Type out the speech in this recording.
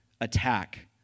attack